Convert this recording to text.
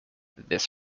this